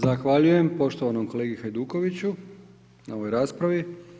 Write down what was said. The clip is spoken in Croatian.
Zahvaljujem poštovanom kolegi Hajdukoviću na ovoj raspravi.